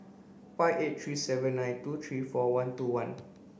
five eight three seven nine two three four two one